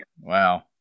Wow